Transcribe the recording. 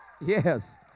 Yes